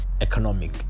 economic